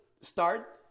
start